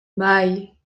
bai